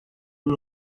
uyu